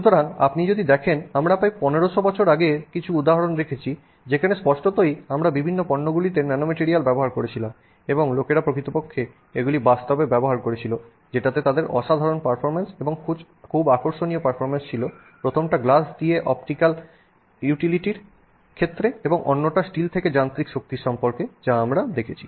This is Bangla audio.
সুতরাং আপনি যদি দেখেন আমরা প্রায় 1500 বছর আগে কিছু উদাহরণ দেখেছি যেখানে স্পষ্টতই আমরা বিভিন্ন পণ্যগুলিতে ন্যানোমেটরিয়াল ব্যবহার করছিলাম এবং লোকেরা প্রকৃতপক্ষে এগুলি বাস্তবে ব্যবহার করছিল যেটাতে তাদের অসাধারণ পারফরম্যান্স এবং খুব আকর্ষণীয় পারফরম্যান্স ছিল প্রথমটা গ্লাস দিয়ে অপটিকাল ইউটিলিটির ক্ষেত্রে এবং অন্যটা স্টিলের থেকে যান্ত্রিক শক্তির সম্পর্কে যা আমরা দেখেছি